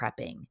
prepping